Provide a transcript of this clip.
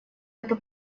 эту